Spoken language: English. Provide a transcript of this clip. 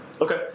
Okay